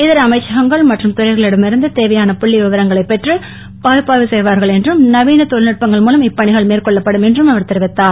இதர அமைச்சகங்கள் மற்றும் துறைகளிடம் இருந்து தேவையான புள்ளிவிவரங்களைப் பெற்றுப் பகுப்பாய்வு செய்வார்கள் என்றும் நவீன தொழில்நுட்பங்கள் மூலம் இப்பணிகள் மேற்கொள்ளப்படும் என்றும் அவர் தெரிவித்தார்